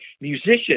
musicians